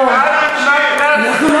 כל המלמד את האישה תורה כאילו מלמדה תפלות,